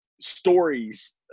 stories